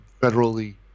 federally